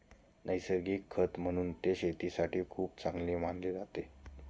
नैसर्गिक खत म्हणून ते शेतीसाठी खूप चांगले मानले जाते